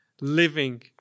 living